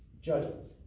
Judgments